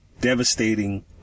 devastating